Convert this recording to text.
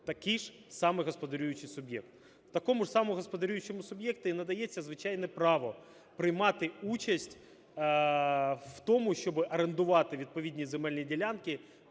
Такий же само господарюючий суб'єкт. Такому ж самому господарюючому суб'єкту і надається звичайне право приймати участь в тому, щоби орендувати відповідні земельні ділянки